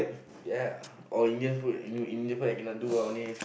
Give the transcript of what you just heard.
ya or Indian food you know Indian food I cannot do Ondeh-Ondeh